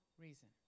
reason